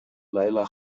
leila